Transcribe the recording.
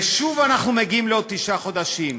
ושוב אנחנו מגיעים לעוד תשעה חודשים.